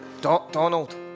Donald